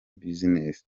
business